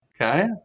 Okay